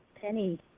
penny